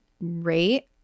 rate